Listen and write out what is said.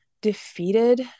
defeated